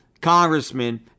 congressmen